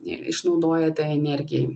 išnaudoja tai energijai